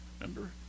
Remember